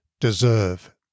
deserve